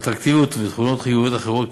אטרקטיביות ותכונות חיוביות אחרות.